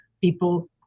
people